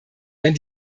wenn